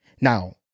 Now